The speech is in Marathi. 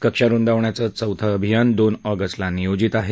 कक्षा रुंदावण्याचं चौथं अभियान दोन ऑगस्टला नियोजित आहे